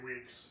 weeks